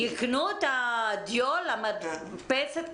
יקנו דיו למדפסת?